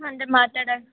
ಅಂದ್ರೆ ಮಾತಾಡಕ್ಕೆ